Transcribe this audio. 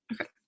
Okay